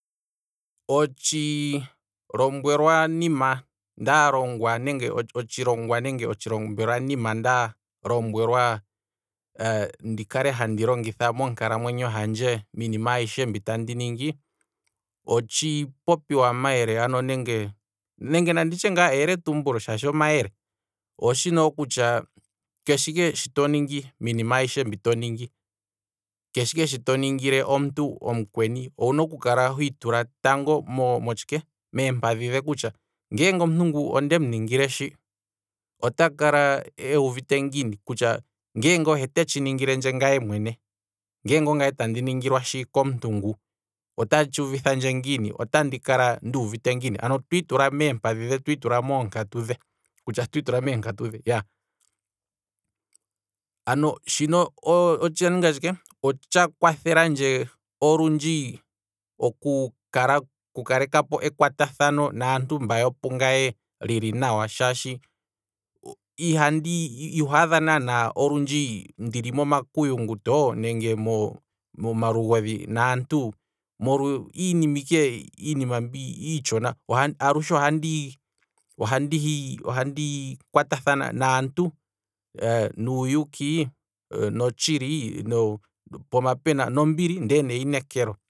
Otshilombwelwa nima ndalongwa nenge otshilongwa nda lombwelwa ndikale handi longitha monkalamwenyo handje miinima ayishe mbi tandi ningi, otshi popiwa mayele nenge nanditye eyele tumbulo shaashi omayele, oshino kutya keshe ike shi toningi, miinima ayishe mbi toningi, keshe ike shoka to ningile omuntu omukweni owuna oku kala tango hwiitula meenkaku, motshike meempadhi dhe kutya. ngeenge omuntu ngu ondemu ningile shi, ota kala uuvite ngiini, nge ohe tetshi ningilendje ngaye, ngeenge ongaye tandi ningilwa shi komuntu ngu, otatshi uvithandje ngiini, ano otandi kala nduuvite ngiini, ano twiitula meempadhi dhe, ano shino otsha ninga tshike otsha kwathelandje olundji oku kalekapo ekwatathano naantu mba yo pungaye lili nawa shaashi iho adha naana olundji ndili momakuyu nguto, nenge moma lugodhi naantu molwa iinima mbi iitshona, alushe ohandi handi ohandi kwata thana naantu nuuyuki notshili, pooma pena ombili ndele neyinekelo.